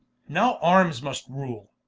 now armes must rule